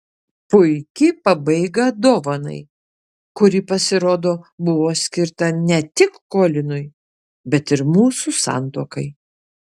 puiki pabaiga dovanai kuri pasirodo buvo skirta ne tik kolinui bet ir mūsų santuokai